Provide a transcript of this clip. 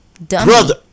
brother